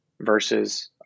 versus